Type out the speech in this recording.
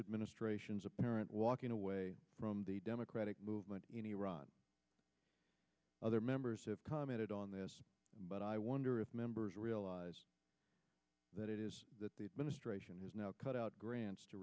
administration's apparent walking away from the democratic movement in iraq other members have commented on this but i wonder if members realize that it is that the administration has now cut out grants to